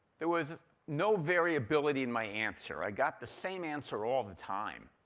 there was no variability in my answer. i got the same answer all the time.